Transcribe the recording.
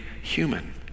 human